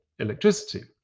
Electricity